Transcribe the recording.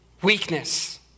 Weakness